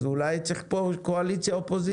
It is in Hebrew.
אז אולי צריך פה קואליציה ואופוזיציה.